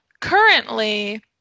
Currently